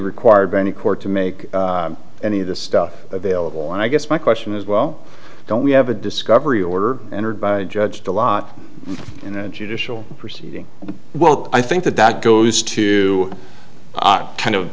required by any court to make any of the stuff available and i guess my question is well don't we have a discovery order entered by judge the law in a judicial proceeding well i think that that goes to kind of